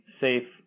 safe